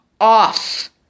off